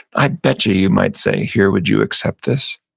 i bet you, you might say, here, would you accept this?